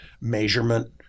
measurement